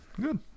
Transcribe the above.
Good